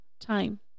time